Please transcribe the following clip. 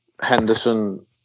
Henderson